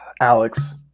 Alex